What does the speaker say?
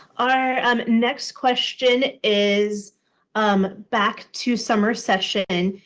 our um next question is um back to summer session.